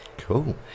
Cool